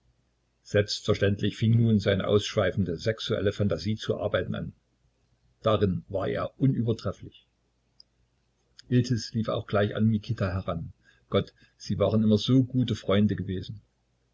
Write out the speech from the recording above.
selbstverständlich fing nun seine ausschweifende sexuelle phantasie zu arbeiten an darin war er unübertrefflich iltis lief auch gleich an mikita heran gott sie waren immer so gute freunde gewesen